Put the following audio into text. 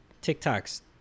TikTok's